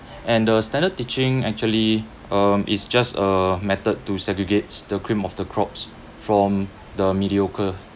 and the standard teaching actually um is just a method to segregates the cream of the crops from the mediocre